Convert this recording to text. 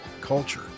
culture